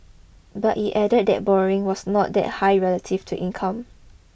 but it added that borrowing was not that high relative to income